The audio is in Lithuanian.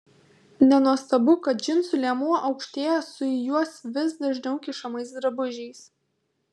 nenuostabu kad džinsų liemuo aukštėja su į juos vis dažniau kišamais drabužiais